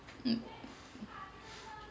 mm